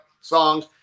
songs